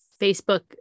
Facebook